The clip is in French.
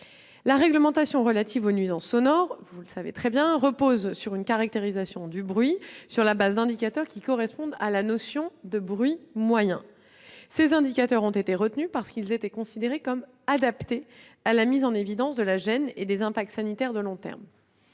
la réglementation relative aux nuisances sonores repose sur une caractérisation du bruit, sur la base d'indicateurs qui correspondent à la notion de « bruit moyen ». Ces indicateurs ont été retenus, car ils étaient considérés comme adaptés à la mise en évidence de la gêne et des impacts sanitaires de long terme.